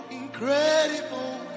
incredible